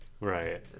Right